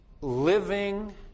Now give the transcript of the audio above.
living